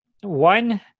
one